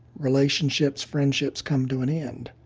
relationships, friendships come to an end.